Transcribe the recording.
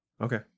Okay